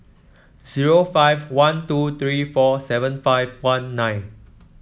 zero five one two three four seven five one nine